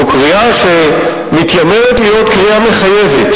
זו קריאה שמתיימרת להיות הוראה מחייבת